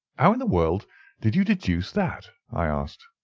how in the world did you deduce that? i asked.